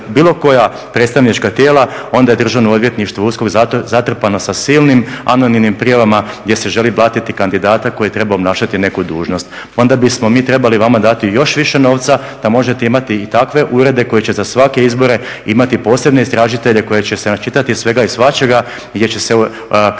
bilo koja predstavnička tijela, onda je državno odvjetništvo USKOK zatrpano sa silnim anonimnim prijavama gdje se želi blatiti kandidata koji je trebao obnašati neku dužnost. Onda bismo mi trebali vama dati još više novca da možete imati i takve urede koji će za svake izbore imati posebne istražitelje koji će se načitati svega i svačega. Jer će se kroz